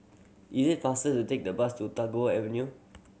is it faster to take the bus to Tagore Avenue